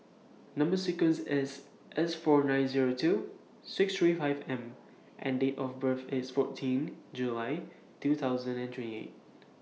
Number sequence IS S four nine Zero two six three five M and Date of birth IS fourteen July two thousand and twenty eight